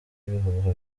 ibihuha